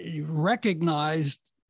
recognized